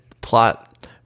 plot